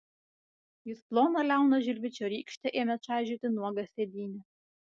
jis plona liauna žilvičio rykšte ėmė čaižyti nuogą sėdynę